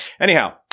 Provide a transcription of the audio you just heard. anyhow